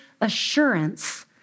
assurance